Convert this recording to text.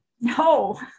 No